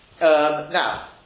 Now